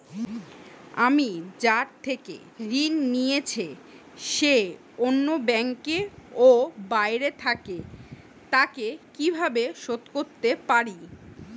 আমি যার থেকে ঋণ নিয়েছে সে অন্য ব্যাংকে ও বাইরে থাকে, তাকে কীভাবে শোধ করতে পারি?